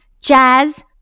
Jazz